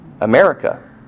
America